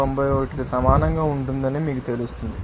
91 కు సమానంగా ఉంటుందని మీకు తెలుస్తుంది